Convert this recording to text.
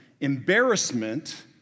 embarrassment